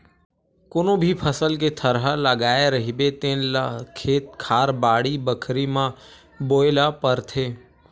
कोनो भी फसल के थरहा लगाए रहिबे तेन ल खेत खार, बाड़ी बखरी म बोए ल परथे